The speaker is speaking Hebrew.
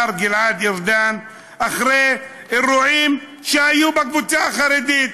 גלעד ארדן אחרי אירועים שהיו בקבוצה החרדית,